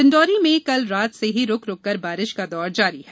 डिंडौरी में कल रात से ही रूकरूक कर बारिश का दौर जारी है